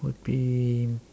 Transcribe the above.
would be